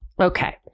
Okay